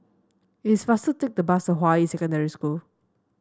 it is faster to take the bus to Hua Yi Secondary School